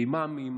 אימאמים,